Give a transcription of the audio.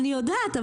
אני יודעת.